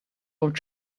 old